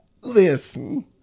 Listen